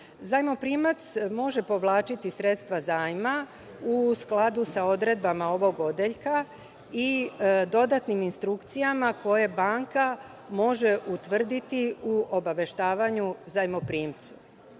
zajmoprimac može povlačiti sredstva zajma u skladu sa odredbama ovog Odeljka i dodatnim instrukcijama koje banka može utvrditi u obaveštavanju zajmoprimcu.